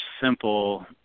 simple